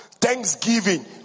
Thanksgiving